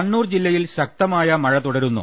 കണ്ണൂർ ജില്ലയിൽ ശക്തമായ മഴ തുടരുന്നു